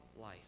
life